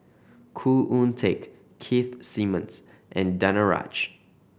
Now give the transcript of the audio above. Khoo Oon Teik Keith Simmons and Danaraj